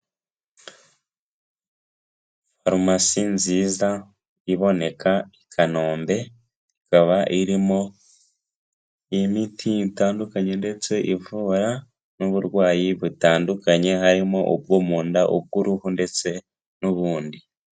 Farumasi nziza iboneka i Kanombe ikaba irimo imiti itandukanye, ndetse ivura n'uburwayi butandukanye, harimo ubwo mu nda, ubw'uruhu ndetse n'ubundi.